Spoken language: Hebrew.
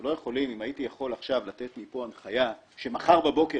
אם הייתי יכול לתת מפה הנחיה שמחר בבוקר